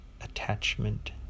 attachment